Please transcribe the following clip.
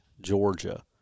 Georgia